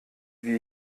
wie